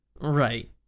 right